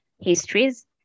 histories